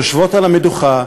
יושבות על המדוכה,